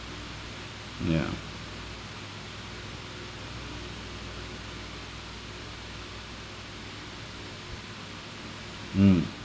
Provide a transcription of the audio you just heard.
yeah mm